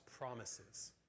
promises